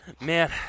Man